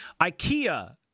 Ikea